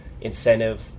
incentive